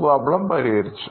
problem പരിഹരിച്ചു